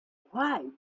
why